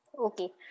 okay